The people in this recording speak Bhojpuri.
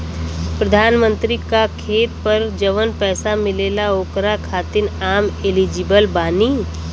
प्रधानमंत्री का खेत पर जवन पैसा मिलेगा ओकरा खातिन आम एलिजिबल बानी?